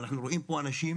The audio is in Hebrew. ואנחנו רואים פה אנשים